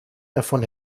davon